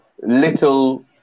little